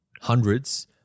hundreds